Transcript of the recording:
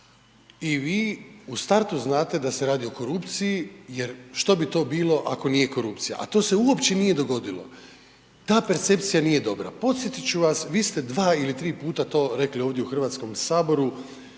i vi u startu znate da se radi o korupciji, jer što bi to bilo ako nije korupcija, a to se uopće nije dogodilo, ta percepcija nije dobra. Podsjetit ću vas vi ste dva ili tri puta to rekli ovdje u Hrvatskom saboru,